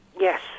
yes